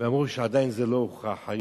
ואמרו לי שעדיין זה לא הוכח.